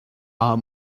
our